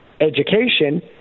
Education